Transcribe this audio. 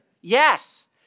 Yes